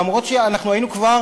למרות שאנחנו היינו כבר